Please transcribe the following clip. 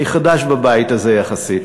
אני חדש בבית הזה יחסית.